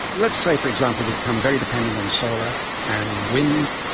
let's say, for example, we become very dependent on solar and wind,